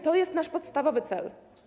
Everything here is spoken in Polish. To jest nasz podstawowy cel.